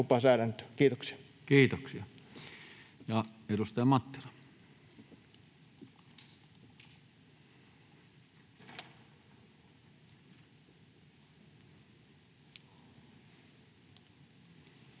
Kiitoksia. Kiitoksia. — Edustaja Mattila. Arvoisa